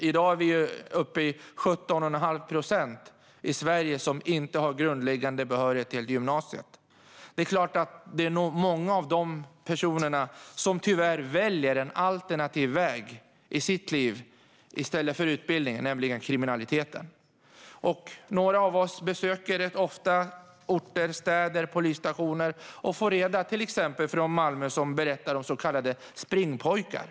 I dag är vi uppe i 17 1⁄2 procent i Sverige som inte har grundläggande behörighet till gymnasiet. Tyvärr är det nog många av de personerna som väljer en alternativ väg i livet i stället för utbildning, nämligen kriminaliteten. Några av oss besöker rätt ofta orter och städer och polisstationer, till exempel i Malmö, där man berättar om så kallade springpojkar.